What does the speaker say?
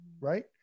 right